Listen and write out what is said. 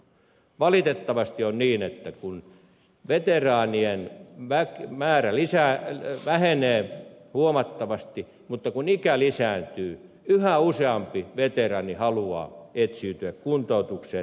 valitettavasti on niin että kun veteraanien määrä vähenee huomattavasti mutta ikä lisääntyy yhä useampi veteraani haluaa etsiytyä kuntoutukseen